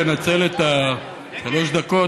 לנצל את שלוש הדקות,